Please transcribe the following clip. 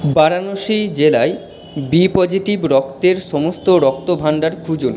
বারাণসী জেলায় B positive রক্তের সমস্ত রক্তভাণ্ডার খুঁজুন